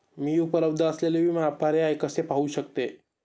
मी उपलब्ध असलेले विमा पर्याय कसे पाहू शकते?